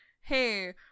hey